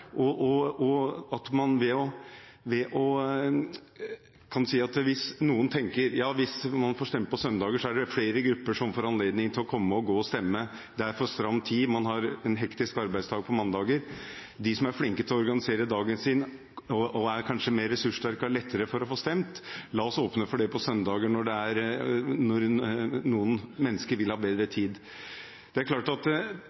Hvis noen tenker: Hvis man får stemme på søndager, er det flere grupper som får anledning til å gå og stemme. Det er for knapp tid, man har en hektisk arbeidsdag på mandager. De som er flinke til å organisere dagen sin, og som kanskje er mer ressurssterke, har lettere for å få stemt. La oss åpne for det på søndager, når noen mennesker vil ha bedre tid. Hvis man er generøs nok til å si at